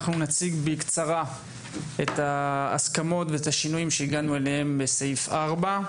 אנחנו נציג בקצרה את ההסכמות ואת השינויים שהגענו אליהם בסעיף 4,